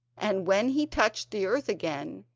and when he touched the earth again,